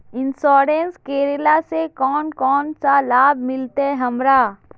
Insurance करेला से कोन कोन सा लाभ मिलते हमरा?